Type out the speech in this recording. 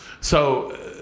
So-